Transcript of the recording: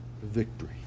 victory